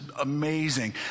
Amazing